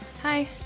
Hi